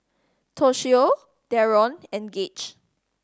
Toshio Deron and Gage